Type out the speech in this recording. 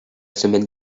semaine